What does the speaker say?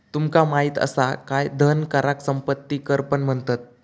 तुमका माहित असा काय धन कराक संपत्ती कर पण म्हणतत?